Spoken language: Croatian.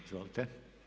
Izvolite.